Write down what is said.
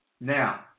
now